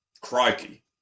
crikey